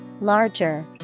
larger